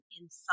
inside